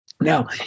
Now